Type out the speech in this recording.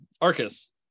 Arcus